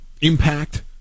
impact